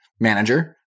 manager